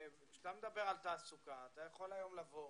כשאתה מדבר על תעסוקה, אתה יכול היום לבוא